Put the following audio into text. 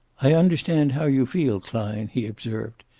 i understand how you feel, klein, he observed.